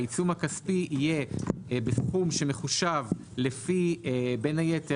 שהעיצום הכספי יהיה בסכום שמחושב לפי בין היתר